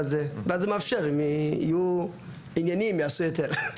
ואז זה מאפשר אם יהיו עניינים, ייעשה יותר.